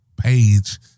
page